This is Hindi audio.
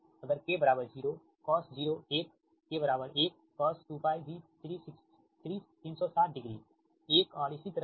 अगर k 0 cos 0 1 k 1 cos 2π भी 360 डिग्री 1 और इसी तरह से